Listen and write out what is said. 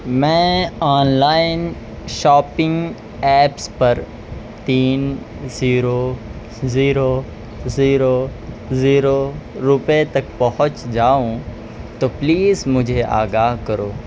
میں online shopping apps پر تین زیرو زیرو زیرو زیرو روپئے تک پہنچ جاؤں تو پلیز مجھے آگاہ کرو